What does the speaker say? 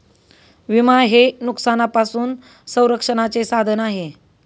विमा हे नुकसानापासून संरक्षणाचे साधन आहे